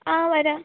ആ വരാം